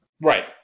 right